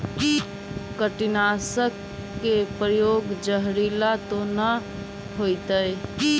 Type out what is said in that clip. कीटनाशक के प्रयोग, जहरीला तो न होतैय?